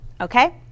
okay